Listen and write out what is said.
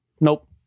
Nope